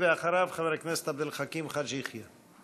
אחריו, חבר הכנסת עבד אל חכים חאג' יחיא.